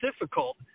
difficult